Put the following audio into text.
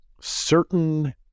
certain